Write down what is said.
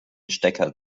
stecker